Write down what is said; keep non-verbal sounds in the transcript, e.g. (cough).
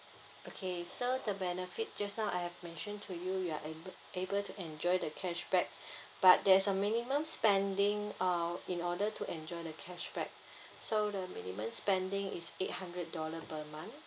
okay so the benefit just now I've mentioned to you you are able able to enjoy the cashback (breath) but there's a minimum spending uh in order to enjoy the cashback so the minimum spending is eight hundred dollar per month